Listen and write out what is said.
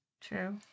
True